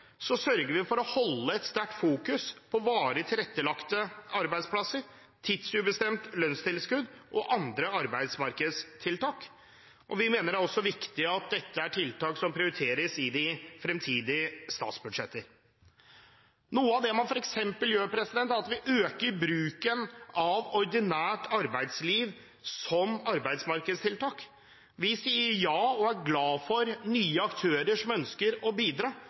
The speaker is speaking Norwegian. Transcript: Så handler det om tiltakssystemet som vi nå forenkler. Vi gjør tiltakssystemet mer målrettet, for med forliket sørger vi for å holde et sterkt fokus på varig tilrettelagte arbeidsplasser, tidsubestemt lønnstilskudd og andre arbeidsmarkedstiltak. Vi mener det også er viktig at dette er tiltak som prioriteres i fremtidige statsbudsjett. Noe av det vi f.eks. gjør, er at vi øker bruken av ordinært arbeidsliv som arbeidsmarkedstiltak. Vi sier ja og er glad for nye aktører